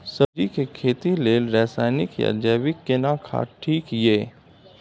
सब्जी के खेती लेल रसायनिक या जैविक केना खाद ठीक ये?